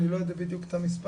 אני לא יודע בדיוק את המספר,